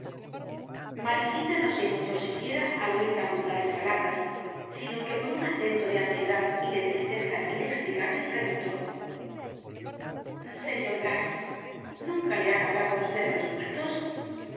mariquita no se inmutó siquiera al oir tan brutales palabras sino que con un acento de ansiedad y de tristeza inexplicables preguntó señor blas nunca le han hablado á usted los muertos